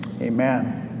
Amen